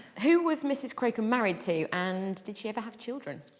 who was mrs crocombe married to and did she ever have children?